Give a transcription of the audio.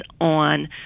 on